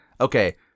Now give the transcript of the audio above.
Okay